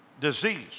disease